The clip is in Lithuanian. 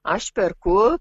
aš perku